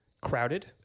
crowded